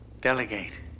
Delegate